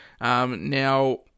Now